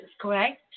correct